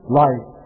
life